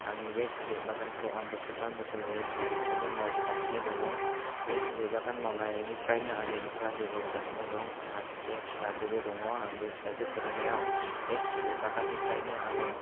आंनि बे थालिर बागानखौ आं बोसोरथाम बोसोरब्रै सिगांनिफ्रायनो मावबोगासिनो दङ बे थालिर बागान मावनायनिफ्रायनो आंनि नख'रा जौगाबोगासिनो दं आंहा सासे फिसाजोबो दङ आं बे फिसाजो फोरोंनायाव बे थालिर बागाननिफ्रायनो आङो